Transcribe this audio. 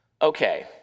Okay